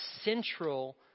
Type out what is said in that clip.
central